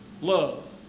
love